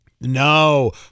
No